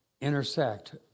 intersect